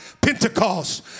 Pentecost